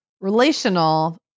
relational